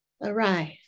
arrive